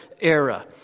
era